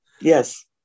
Yes